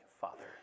Father